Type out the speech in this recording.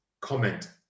comment